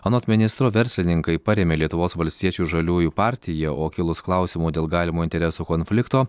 anot ministro verslininkai parėmė lietuvos valstiečių žaliųjų partiją o kilus klausimų dėl galimo interesų konflikto